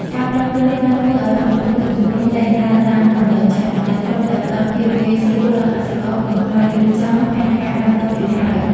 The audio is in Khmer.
ការប្រែប្រួលនេះបានធ្វើឱ្យបាតុភូតទឹកជំនន់លែងដើរតាមគន្លងចាស់ ដែលធ្លាប់តែផ្ដល់ភាពងាយស្រួលដល់កសិករក្នុងការរៀបចំផែនការដាំដុះទៀតហើយ។